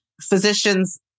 physician's